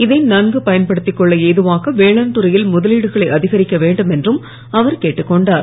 இதை நன்கு பயன்படுத்திக் கொள்ள ஏதுவாக வேளாண் துறையில் முதலீடுகளை அதிகரிக்க வேண்டும் என்றும் அவர் கேட்டுக் கொண்டார்